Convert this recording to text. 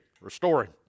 Restoring